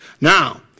Now